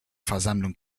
versammlung